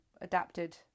adapted